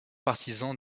partisan